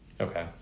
Okay